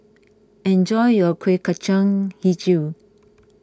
enjoy your Kuih Kacang HiJau